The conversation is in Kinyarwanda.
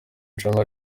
jammeh